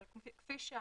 אבל כפי שאמרתי,